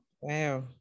Wow